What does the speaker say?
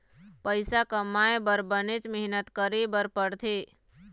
पइसा कमाए बर बनेच मेहनत करे बर पड़थे